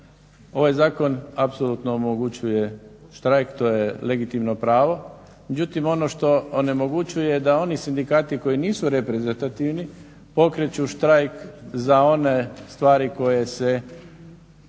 ovaj zakon apsolutno omogućuje štrajk. To je legitimno pravo, međutim ono što onemogućuje da oni sindikati koji nisu reprezentativni pokreću štrajk za one stvari koje se